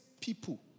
people